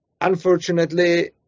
unfortunately